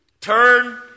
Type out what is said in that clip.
turn